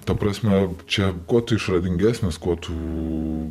ta prasme čia kuo tu išradingesnis kuo tu